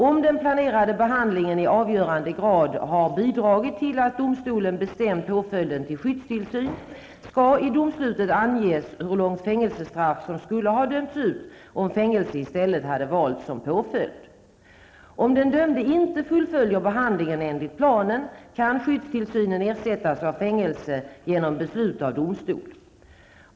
Om den planerade behandlingen i avgörande grad har bidragit till att domstolen bestämt påföljden till skyddstillsyn, skall i domslutet anges hur långt fängelsestraff som skulle ha dömts ut om fängelse i stället hade valts som påföljd. Om den dömde inte fullföljer behandlingen enligt planen kan skyddstillsynen ersättas av fängelse genom beslut av domstol.